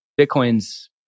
Bitcoin's